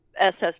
SS